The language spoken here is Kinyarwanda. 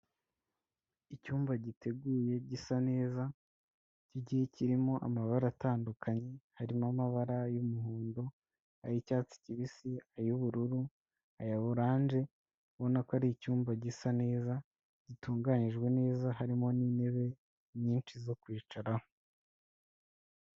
Icyumba giteguye gisa neza, kigihe kirimo amabara atandukanye, harimo amabara y'umuhondo, ay'icyatsi kibisi, ay'bururu, aya orange, abona ko ari icyumba gisa neza, gitunganijwe neza harimo n'intebe nyinshi zo kwicaraho.